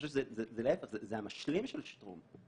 להיפך, זה המשלים של שטרום.